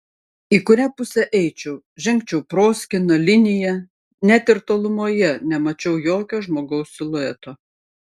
į kurią pusę eičiau žengčiau proskyna linija net ir tolumoje nemačiau jokio žmogaus silueto